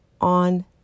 on